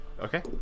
Okay